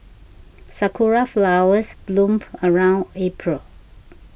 sakura flowers bloom around April